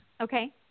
Okay